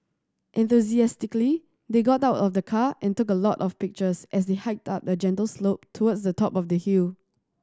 enthusiastically they got out of the car and took a lot of pictures as they hiked up a gentle slope towards the top of the hill